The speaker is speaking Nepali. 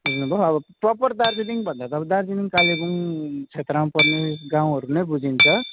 बुझ्नुभयो अब प्रपर दार्जिलिङ भन्दा त अब दार्जिलिङ कालेबुङ क्षेत्रमा पर्ने गाउँहरू नै बुझिन्छ